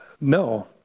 no